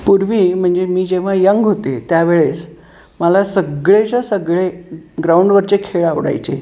पूर्वी म्हणजे मी जेव्हा यंग होते त्यावेळेस मला सगळेच्या सगळे ग्राउंडवरचे खेळ आवडायचे